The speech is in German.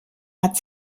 hat